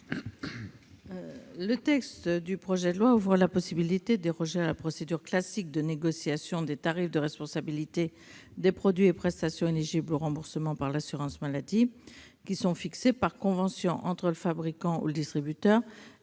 Le texte du projet de loi ouvre la possibilité de déroger à la procédure « classique » de négociation des tarifs de responsabilité des produits et prestations éligibles au remboursement par l'assurance maladie, fixés par convention entre le fabricant ou le distributeur